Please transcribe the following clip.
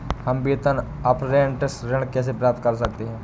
हम वेतन अपरेंटिस ऋण कैसे प्राप्त कर सकते हैं?